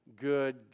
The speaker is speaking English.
good